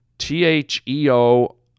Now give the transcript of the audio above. T-H-E-O